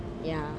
ya